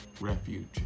Refuge